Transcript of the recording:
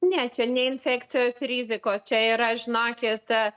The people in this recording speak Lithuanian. ne čia ne infekcijos rizikos čia yra žinokit